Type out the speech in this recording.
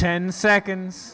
ten seconds